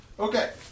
Okay